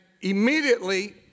immediately